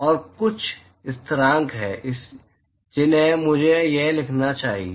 और कुछ स्थिरांक हैं जिन्हें मुझे यहां लिखना चाहिए